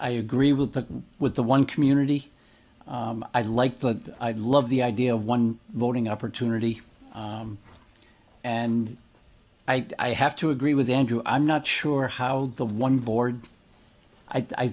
agree with that with the one community i like that i love the idea of one voting opportunity and i have to agree with andrew i'm not sure how the one board i